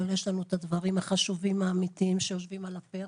אבל יש לנו את הדברים החשובים האמיתיים שעומדים על הפרק.